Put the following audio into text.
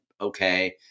okay